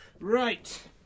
Right